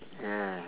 yeah